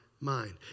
mind